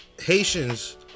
Haitians